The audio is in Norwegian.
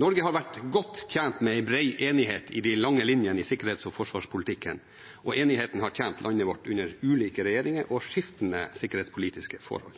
Norge har vært godt tjent med en bred enighet i de lange linjene i sikkerhets- og forsvarspolitikken, og enigheten har tjent landet vårt under ulike regjeringer og skiftende sikkerhetspolitiske forhold.